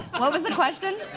what was the question?